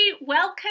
welcome